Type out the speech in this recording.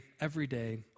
everyday